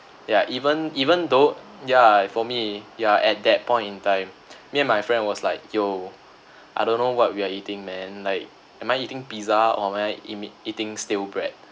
ya even even though ya for me ya at that point in time me and my friend was like yo I don't know what we are eating man like am I eating pizza or am I emit eating stale bread